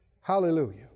Hallelujah